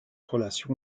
relation